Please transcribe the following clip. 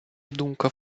думка